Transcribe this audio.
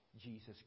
Jesus